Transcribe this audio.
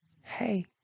hey